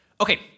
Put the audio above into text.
Okay